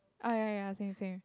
oh ya ya same same